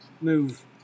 move